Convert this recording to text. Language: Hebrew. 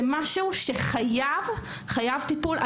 זה משהו שחייב טיפול.